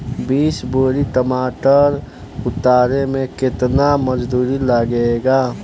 बीस बोरी टमाटर उतारे मे केतना मजदुरी लगेगा?